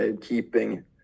keeping